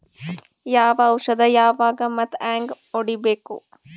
ಯಾವ ಔಷದ ಯಾವಾಗ ಮತ್ ಹ್ಯಾಂಗ್ ಹೊಡಿಬೇಕು?